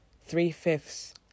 Three-fifths